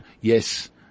yes